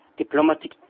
Diplomatic